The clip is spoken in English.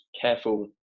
careful